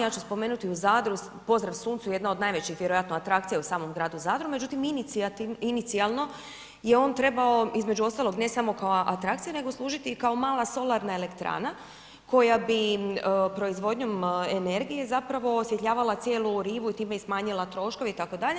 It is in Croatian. Ja ću spomenuti u Zadru, Pozdrav Suncu, jedna od najvećih vjerojatno atrakcija u samom gradu Zadru, međutim inicijalno je on trebao, između ostalog, ne samo kao atrakcija, nego služiti i kao mala solarna elektrana koja bi proizvodnom energije zapravo osvjetljavala cijelu rivu i time i smanjila troškove, itd.